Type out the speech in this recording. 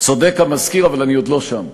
צודק המזכיר, אבל אני עוד לא שם.